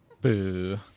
Boo